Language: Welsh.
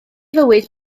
fywyd